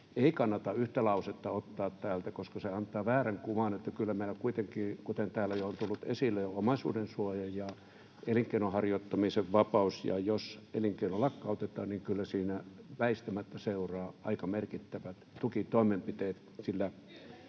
ei kannata yhtä lausetta ottaa täältä, koska se antaa väärän kuvan. Kyllä meillä kuitenkin, kuten täällä jo on tullut esille, on omaisuudensuoja ja elinkeinon harjoittamisen vapaus, ja jos elinkeino lakkautetaan, niin kyllä siinä väistämättä seuraa aika merkittävät tukitoimenpiteet,